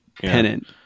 pennant